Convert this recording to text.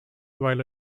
while